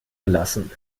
gelassen